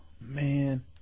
Man